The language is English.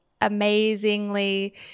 amazingly